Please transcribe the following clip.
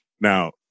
Now